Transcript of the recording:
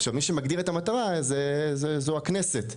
עכשיו מי שמגדיר את המטרה זו הכנסת,